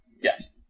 Yes